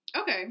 Okay